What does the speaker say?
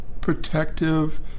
protective